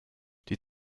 die